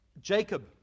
Jacob